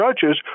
judges